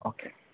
okay